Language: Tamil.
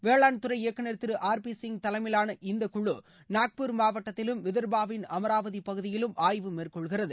வேளாண்துறை இயக்குநர் திரு ஆர் பி சிங் தலைமையிலான இந்தக்குழு நாக்பூர் மாவட்டத்திலும் விதர்பாவின் அமராவதி பகுதியிலும் ஆய்வு மேற்கொள்கிறது